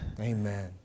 Amen